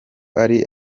ari